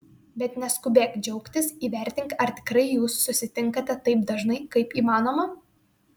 bet neskubėk džiaugtis įvertink ar tikrai jūs susitinkate taip dažnai kaip įmanoma